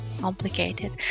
complicated